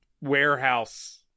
warehouse